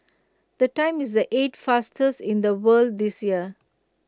the time is the eight fastest in the world this year